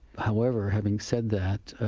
however, having said that,